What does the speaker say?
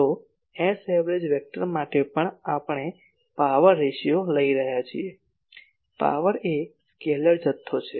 તો Saverage vector માટે પણ આપણે પાવર રેશિયો લઈ રહ્યા છીએ પાવર એ સ્કેલર જથ્થો છે